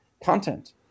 content